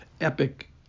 epic